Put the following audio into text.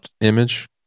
image